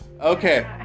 Okay